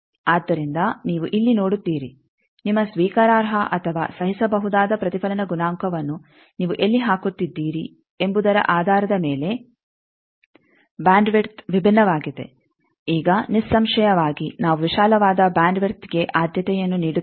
ಆದ್ದರಿಂದ ನೀವು ಇಲ್ಲಿ ನೋಡುತ್ತೀರಿ ನಿಮ್ಮ ಸ್ವೀಕಾರಾರ್ಹ ಅಥವಾ ಸಹಿಸಬಹುದಾದ ಪ್ರತಿಫಲನ ಗುಣಾಂಕವನ್ನು ನೀವು ಎಲ್ಲಿ ಹಾಕುತ್ತಿದ್ದೀರಿ ಎಂಬುದರ ಆಧಾರದ ಮೇಲೆ ಬ್ಯಾಂಡ್ ವಿಡ್ತ್ ವಿಭಿನ್ನವಾಗಿದೆ ಈಗ ನಿಸ್ಸಂಶಯವಾಗಿ ನಾವು ವಿಶಾಲವಾದ ಬ್ಯಾಂಡ್ ವಿಡ್ತ್ಗೆ ಆದ್ಯತೆಯನ್ನು ನೀಡುತ್ತೇವೆ